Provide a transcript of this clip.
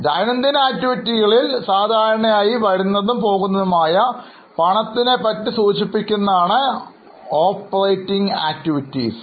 ദൈനംദിന പ്രവർത്തനങ്ങളിൽ സാധാരണയായി വരുന്നതും പോകുന്നതുമായ പണത്തിനെ പറ്റി സൂചിപ്പിക്കുന്നതാണ് ഓപ്പറേറ്റിംഗ് പ്രവർത്തനങ്ങൾ